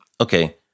Okay